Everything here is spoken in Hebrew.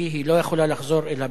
היא לא יכולה לחזור אל הבית,